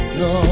no